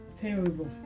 Terrible